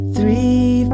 Three